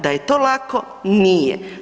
Da je to lako, nije.